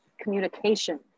communication